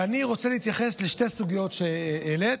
ואני רוצה להתייחס לשתי הסוגיות שהעלית.